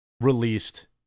released